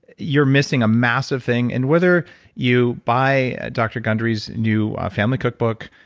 you're missing a massive thing and whether you buy dr. gundry's new family cookbook,